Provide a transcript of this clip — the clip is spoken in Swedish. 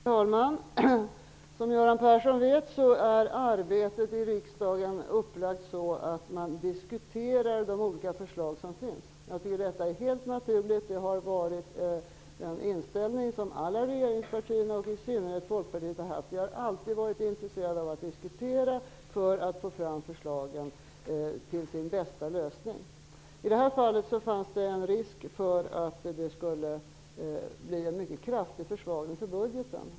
Herr talman! Som Göran Persson vet är arbetet i riksdagen upplagt så att man diskuterar de olika förslag som finns. Jag tycker att detta är helt naturligt. Det är den inställning som alla regeringspartierna och i synnerhet Folkpartiet har haft. Vi har alltid varit intresserade av att diskutera för att hitta de bästa lösningarna. I det här fallet fanns en risk för att det skulle bli en mycket kraftig försvagning av budgeten.